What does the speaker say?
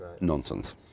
nonsense